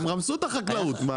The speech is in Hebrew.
הם רמסו את החקלאות.